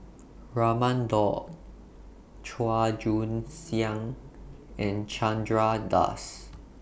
Raman Daud Chua Joon Siang and Chandra Das